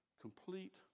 Complete